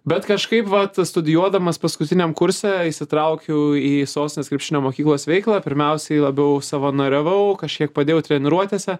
bet kažkaip vat studijuodamas paskutiniam kurse įsitraukiau į sostinės krepšinio mokyklos veiklą pirmiausiai labiau savanoriavau kažkiek padėjau treniruotėse